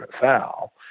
foul